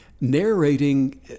narrating